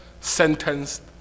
sentenced